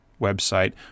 website